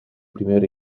primer